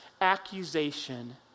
accusation